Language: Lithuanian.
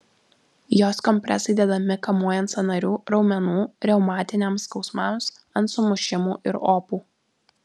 jos kompresai dedami kamuojant sąnarių raumenų reumatiniams skausmams ant sumušimų ir opų